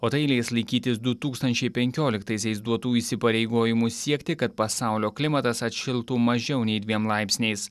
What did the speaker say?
o tai leis laikytis du tūkstančiai penkioliktaisiais duotų įsipareigojimų siekti kad pasaulio klimatas atšiltų mažiau nei dviem laipsniais